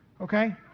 okay